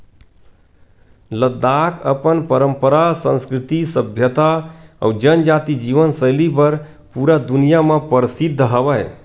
लद्दाख अपन पंरपरा, संस्कृति, सभ्यता अउ जनजाति जीवन सैली बर पूरा दुनिया म परसिद्ध हवय